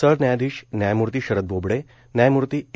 सरन्यायाधीश न्यायमूर्ती शरद बोबडे न्यायमूर्ती ए